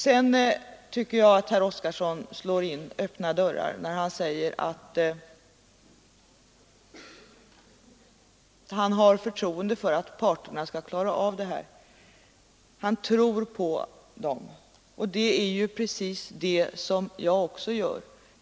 Sedan tycker jag att herr Oskarson slår in öppna dörrar när han säger att han har förtroende för att parterna skall klara av detta. Han tror på dem. Det är precis vad jag också gör.